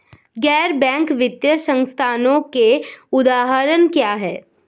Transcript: गैर बैंक वित्तीय संस्थानों के उदाहरण क्या हैं?